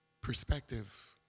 Perspective